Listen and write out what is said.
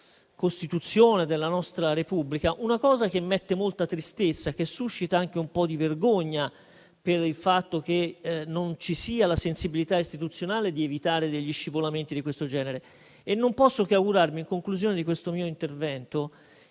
della Costituzione della nostra Repubblica. È una cosa che mette molta tristezza e suscita anche un po' di vergogna il fatto che non ci sia la sensibilità istituzionale di evitare scivolamenti del genere. Non posso che augurarmi, a conclusione di questo mio intervento,